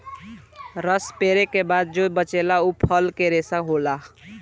रस पेरे के बाद जो बचेला उ फल के रेशा होला